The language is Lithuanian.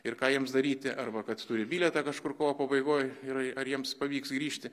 ir ką jiems daryti arba kad turi bilietą kažkur kovo pabaigoj ir ar jiems pavyks grįžti